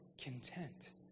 content